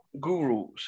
gurus